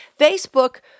Facebook